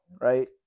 right